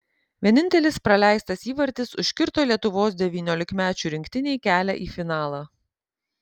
vienintelis praleistas įvartis užkirto lietuvos devyniolikmečių rinktinei kelią į finalą